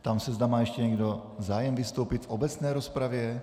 Ptám se, zda má ještě někdo zájem vystoupit v obecné rozpravě.